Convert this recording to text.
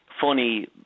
funny